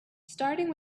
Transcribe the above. starting